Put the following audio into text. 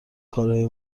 کارهای